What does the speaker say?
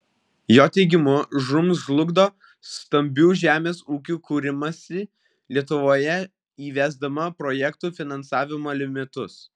jo teigimu žūm žlugdo stambių žemės ūkių kūrimąsi lietuvoje įvesdama projektų finansavimo limitus